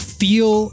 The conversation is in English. feel